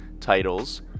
titles